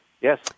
Yes